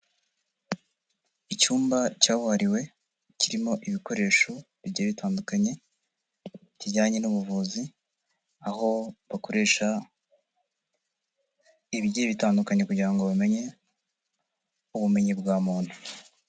Icyumba cyabuhariwe kirimo ibikoresho bigiye bitandukanye, kijyanye n'ubuvuzi aho bakoresha ibigiye bitandukanye kugira ngo bamenye ubumenyi bwa muntu.